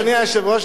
אדוני היושב-ראש,